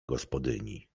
gospodyni